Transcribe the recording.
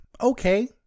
okay